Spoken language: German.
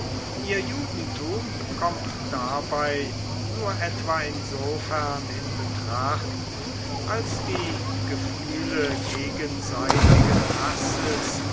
ihr judentum kommt dabei nur etwa insofern in betracht als die gefühle gegenseitigen hasses